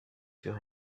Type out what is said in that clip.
sur